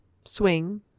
swing